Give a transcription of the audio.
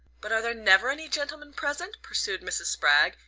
but are there never any gentlemen present? pursued mrs. spragg,